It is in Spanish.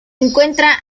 encuentra